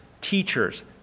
teachers